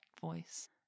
voice